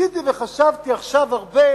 ניסיתי וחשבתי עד עכשיו הרבה,